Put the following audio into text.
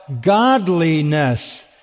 Godliness